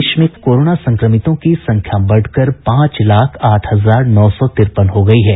देश में कोरोना संक्रमितों की संख्या बढ़कर पांच लाख आठ हजार नौ सौ तिरपन हो गई है